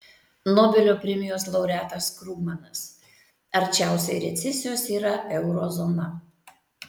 nobelio premijos laureatas krugmanas arčiausiai recesijos yra euro zona